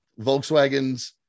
Volkswagens